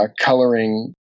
coloring